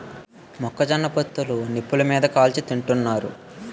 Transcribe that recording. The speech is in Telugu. మొక్క జొన్న పొత్తులు నిప్పులు మీది కాల్చి తింతన్నారు